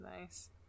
nice